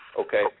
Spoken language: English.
Okay